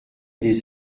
des